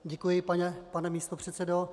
Děkuji, pane místopředsedo.